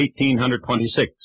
1826